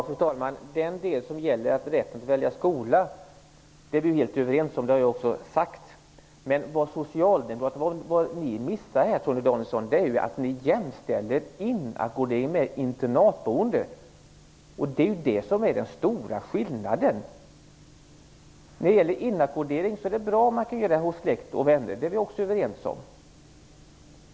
Fru talman! Om den del som gäller rätten att välja skola är vi helt överens. Det har jag också sagt. Men ni missar en sak här. Ni jämställer ju inackordering med internatboende. Det är det som är den stora skillnaden. Det är bra om inackordering kan ordnas hos släkt och vänner. Också det är vi överens om.